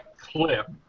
clip